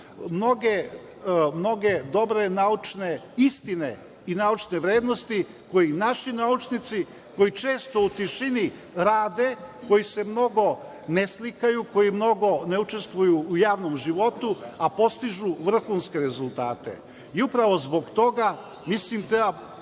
mnoge dobre naučne istine i naučne vrednosti koje naši naučnici, koji često u tišini rade, koji se mnogo ne slikaju, mnogo ne učestvuju u javnom životu, a postižu vrhunske rezultate. Upravo zbog toga mislim da treba